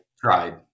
tried